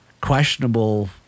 questionable